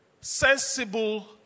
Sensible